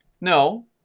No